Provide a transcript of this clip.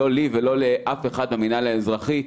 לא לי ולא לאף אחד במינהל האזרחי,